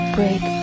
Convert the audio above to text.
Break